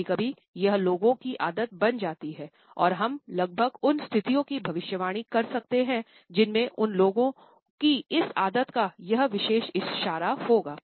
कभी कभी यह लोगों की आदत बन जाती है और हम लगभग उन स्थितियों की भविष्यवाणी कर सकते हैं जिनमें उन लोगों की इस आदत का यह विशेष इशारा होगा